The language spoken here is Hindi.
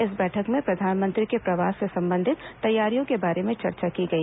इस बैठक में प्रधानमंत्री के प्रवास से संबंधित तैयारियों के बारे में चर्चा की गई